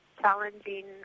challenging